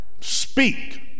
Speak